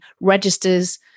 registers